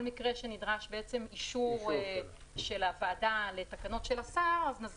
מקרה שבו נדרש אישור של הוועדה לתקנות של השר אז נזכיר את ועדת הכלכלה.